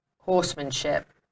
horsemanship